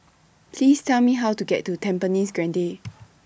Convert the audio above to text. Please Tell Me How to get to Tampines Grande